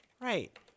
Right